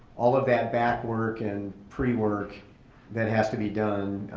all of that back work and pre-work that has to be done,